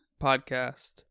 podcast